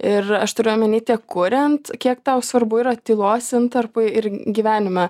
ir aš turiu omeny tiek kuriant kiek tau svarbu yra tylos intarpai ir gyvenime